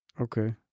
Okay